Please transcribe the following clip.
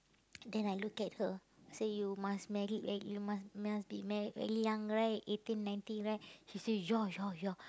then I look at her I say you must married very you must must be married very young right eighteen nineteen right she say ya ya ya